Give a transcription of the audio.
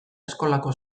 eskolako